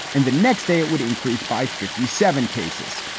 and the next day it would increase by fifty seven cases.